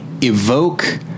evoke